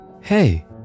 Hey